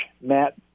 Matt